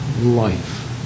life